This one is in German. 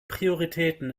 prioritäten